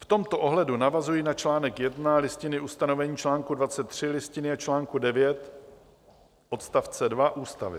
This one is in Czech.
V tomto ohledu navazují na čl. 1 Listiny ustanovení čl. 23 Listiny a článku 9 odst. 2 ústavy.